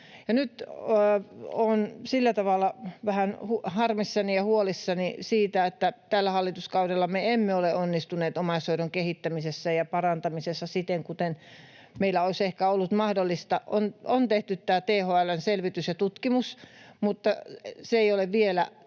Nyt olen sillä tavalla vähän harmissani ja huolissani siitä, että tällä hallituskaudella me emme ole onnistuneet omaishoidon kehittämisessä ja parantamisessa siten kuin meillä olisi ehkä ollut mahdollista. On tehty tämä THL:n selvitys ja tutkimus, mutta ei ole vielä